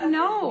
no